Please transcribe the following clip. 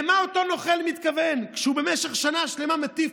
למה אותו נוכל מתכוון כשהוא במשך שנה שלמה מטיף